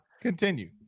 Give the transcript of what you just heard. continue